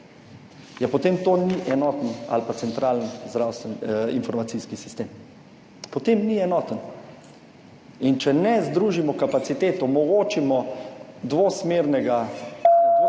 Ja potem to ni enoten ali pa centralni informacijski sistem, potem ni enoten. In če ne združimo kapacitet, omogočimo dvosmerne /Znak